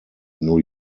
new